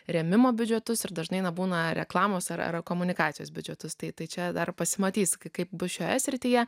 rėmimo biudžetus ir dažnai na būna reklamos ar komunikacijos biudžetus tai tai čia dar pasimatys kaip bus šioje srityje